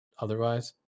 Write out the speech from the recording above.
otherwise